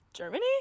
Germany